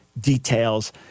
details